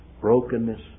brokenness